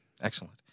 Excellent